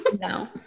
no